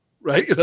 right